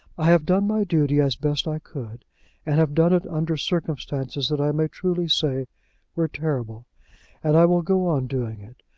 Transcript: i have done my duty as best i could, and have done it under circumstances that i may truly say were terrible and i will go on doing it.